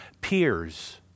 peers